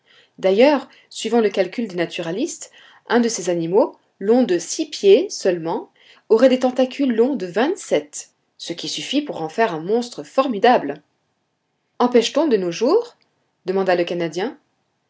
d'ailleurs suivant le calcul des naturalistes un de ces animaux long de six pieds seulement aurait des tentacules longs de vingt-sept ce qui suffit pour en faire un monstre formidable en pêche t on de nos jours demanda le canadien